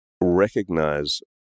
recognize